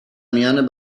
میان